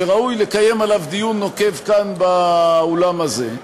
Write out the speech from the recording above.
שראוי לקיים עליו דיון נוקב כאן באולם הזה.